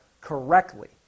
correctly